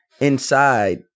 inside